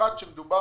במיוחד שמדובר